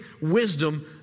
wisdom